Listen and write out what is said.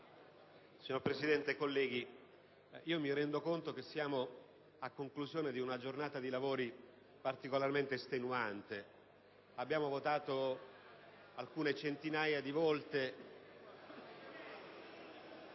Signor Presidente, colleghi, mi rendo conto che siamo a conclusione di una giornata di lavori particolarmente estenuante. Abbiamo votato alcune centinaia di volte